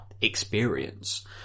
experience